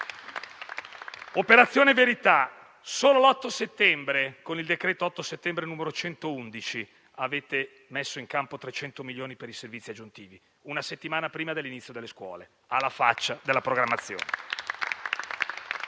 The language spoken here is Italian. Operazione verità: solo l'8 settembre, con il decreto-legge n. 111 dell'8 settembre 2020, avete messo in campo 300 milioni per i servizi aggiuntivi. Una settimana prima dell'inizio delle scuole: alla faccia della programmazione!